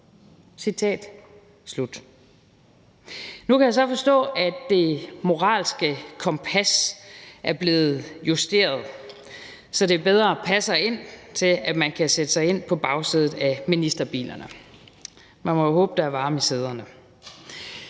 Nu kan jeg så forstå, at det moralske kompas er blevet justeret, så det bedre passer til, at man kan sætte sig ind på bagsædet af ministerbilerne. Man må jo håbe, at der er varme i sæderne.